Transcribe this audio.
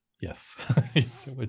Yes